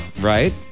Right